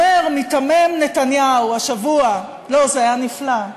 מיתמם נתניהו השבוע, זה היה נפלא,